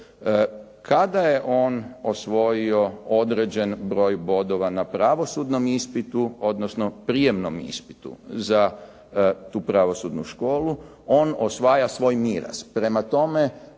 kada je on osvojio određen broj bodova na pravosudnom ispitu, odnosno prijemnom ispitu za tu pravosudnu školu, on osvaja svoj miraz.